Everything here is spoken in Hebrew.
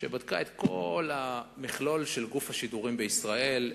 שבדקה את כל המכלול של גוף השידורים בישראל,